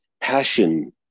passion